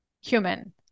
human